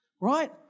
Right